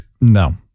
no